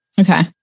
Okay